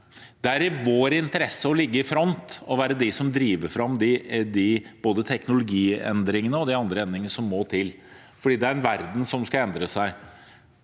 det er i vår interesse å ligge i front og være dem som driver fram både de teknologiendringene og de andre endringene som må til, for det er verden som skal endre seg.